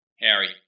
Harry